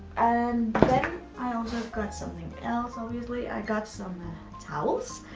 and i also got something else obviously. i got some towels,